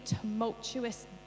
tumultuous